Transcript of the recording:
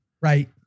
Right